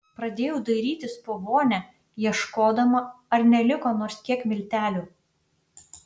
pradėjau dairytis po vonią ieškodama ar neliko nors kiek miltelių